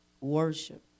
worship